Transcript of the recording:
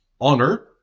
honor